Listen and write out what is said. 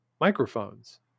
microphones